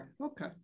okay